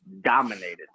dominated